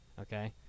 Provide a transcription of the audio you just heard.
Okay